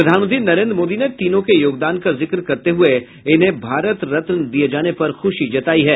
प्रधानमंत्री नरेंद्र मोदी ने तीनों के योगदान का जिक्र करते हुए इन्हें भारत रत्न दिये जाने पर खुशी जतायी है